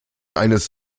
eines